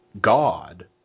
God